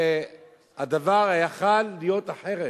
שהדבר יכול היה להיות אחרת.